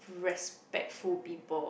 respectful people